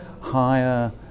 higher